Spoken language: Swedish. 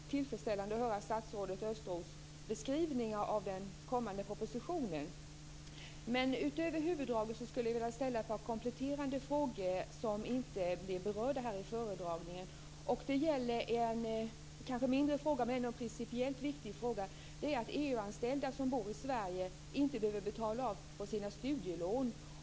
Fru talman! Jag kan identifiera väldigt många positiva svar på de frågor som jag har mött när jag talat med studerande. Därför är det tillfredsställande att höra statsrådet Östros beskrivning av den kommande propositionen. Utöver huvuddragen skulle jag vilja ställa ett par kompletterande frågor som inte blev berörda i föredragningen. Det gäller en fråga som kanske är mindre men som ändå är principiellt viktig, nämligen att EU anställda som bor i Sverige inte behöver betala av på sina studielån.